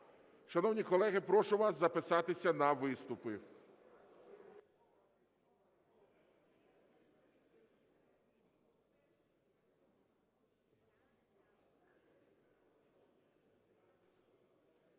Шановні колеги, прошу вас записатися на виступи.